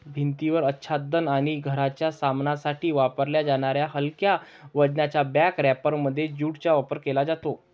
भिंतीवर आच्छादन आणि घराच्या सामानासाठी वापरल्या जाणाऱ्या हलक्या वजनाच्या बॅग रॅपरमध्ये ज्यूटचा वापर केला जातो